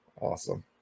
Awesome